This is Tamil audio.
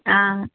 ஆ